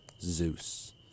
Zeus